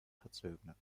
verzögert